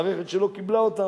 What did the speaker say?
מערכת שלא קיבלה אותם,